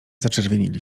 zaczerwienili